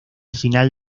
final